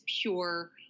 pure